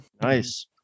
Nice